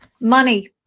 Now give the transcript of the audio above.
Money